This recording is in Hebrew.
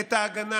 את ההגנה